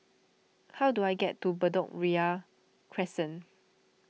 how do I get to Bedok Ria Crescent